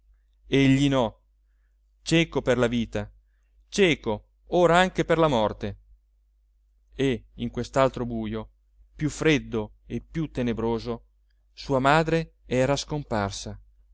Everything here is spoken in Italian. egli no cieco per la vita cieco ora anche per la morte e in quest'altro bujo più freddo e più tenebroso sua madre era scomparsa